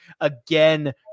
again